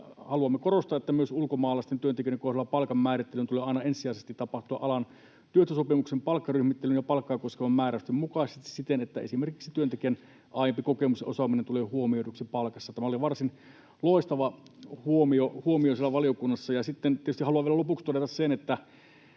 haluamme korostaa, että myös ulkomaalaisten työntekijöiden kohdalla palkanmäärittelyn tulee aina ensisijaisesti tapahtua alan työehtosopimuksen palkkaryhmittelyn ja palkkaa koskevien määräysten mukaisesti siten, että esimerkiksi työntekijän aiempi kokemus ja osaaminen tulee huomioiduksi palkassa. Tämä oli varsin loistava huomio siellä valiokunnassa. Haluan vielä lopuksi todeta sen,